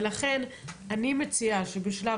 ולכן אני מציעה שבשלב,